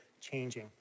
changing